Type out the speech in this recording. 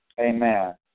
Amen